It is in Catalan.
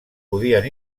podien